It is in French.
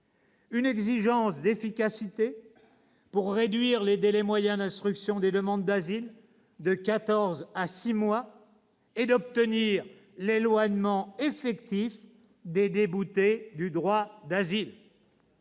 une exigence d'efficacité pour réduire les délais moyens d'instruction des demandes d'asile, de quatorze à six mois, et obtenir l'éloignement effectif des déboutés du droit d'asile